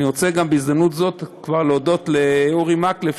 אני רוצה בהזדמנות הזאת כבר להודות לאורי מקלב,